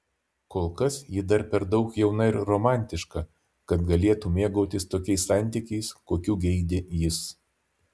kol kas ji dar per daug jauna ir romantiška kad galėtų mėgautis tokiais santykiais kokių geidė jis